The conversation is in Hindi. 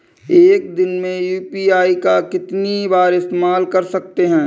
एक दिन में यू.पी.आई का कितनी बार इस्तेमाल कर सकते हैं?